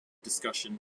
discussion